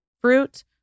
fruit